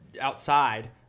outside